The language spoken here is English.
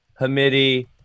Hamidi